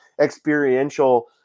experiential